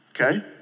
Okay